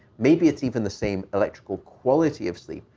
maybe it's even the same electrical quality of sleep,